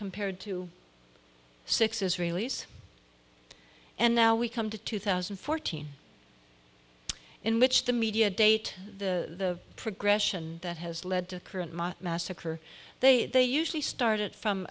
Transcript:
compared to six israelis and now we come to two thousand and fourteen in which the media date the progression that has led to a current massacre they they usually started from